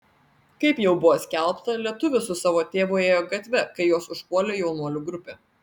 kaip jau buvo skelbta lietuvis su savo tėvu ėjo gatve kai juos užpuolė jaunuolių grupė